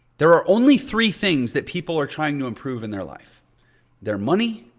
there are only three things that people are trying to improve in their life their money,